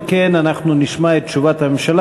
אם כן, נשמע את תשובת הממשלה.